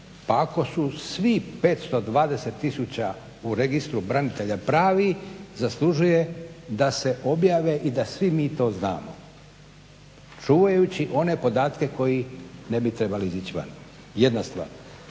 pa ako su svi 520 tisuća u registru branitelja pravi, zaslužuje da se objave i da svi mi to znamo. Čuvajući one podatke koji ne bi trebali izaći van, jedna stvar.